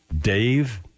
Dave